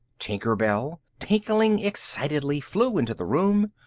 tinker bell, tinkling excitedly, flew into the room.